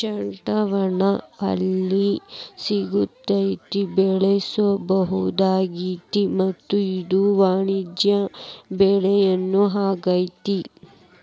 ಚಂಡುಹೂನ ಎಲ್ಲಾ ಸಿಜನ್ಯಾಗು ಬೆಳಿಸಬಹುದಾಗೇತಿ ಮತ್ತ ಇದು ವಾಣಿಜ್ಯ ಬೆಳಿನೂ ಆಗೇತಿ